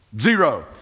Zero